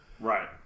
right